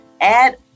add